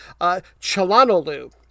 Chalanolu